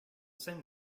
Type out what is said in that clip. same